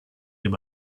him